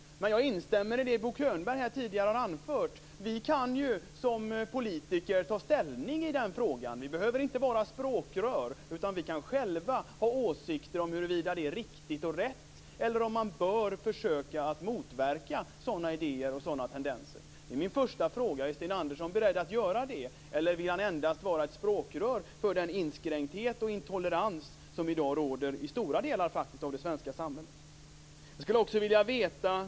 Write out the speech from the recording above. Jag instämmer i det som Bo Könberg här tidigare anförde. Vi som politiker kan ju ta ställning i den frågan. Vi behöver inte vara språkrör, utan vi kan själva ha åsikter om huruvida det är riktigt och rätt eller om man bör försöka att motverka sådana idéer och tendenser. Min första fråga är: Är Sten Andersson beredd att göra det, eller vill han endast vara ett språkrör för den inskränkthet och intolerans som i dag råder i stora delar av det svenska samhället?